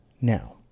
Now